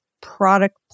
product